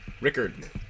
Rickard